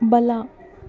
ಬಲ